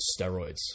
steroids